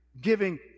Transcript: giving